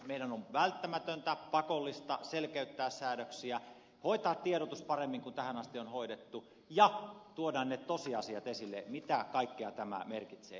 meidän on välttämätöntä pakollista selkeyttää säädöksiä hoitaa tiedotus paremmin kuin tähän asti on hoidettu ja tuoda ne tosiasiat esille mitä kaikkea tämä merkitsee